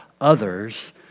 others